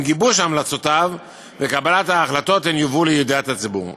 עם גיבוש המלצותיו וקבלת ההחלטות הן יובאו לידיעת הציבור.